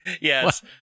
Yes